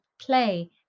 play